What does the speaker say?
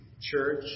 Church